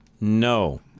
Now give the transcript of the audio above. No